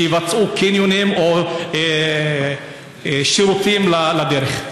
שיבצעו קניונים או שירותים לדרך.